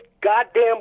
goddamn